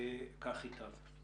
כך ייטב.